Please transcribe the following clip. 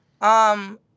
Um-